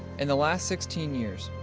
in the last sixteen years,